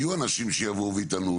יהיו אנשים שיבואו ויטענו,